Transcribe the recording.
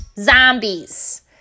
zombies